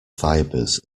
fibres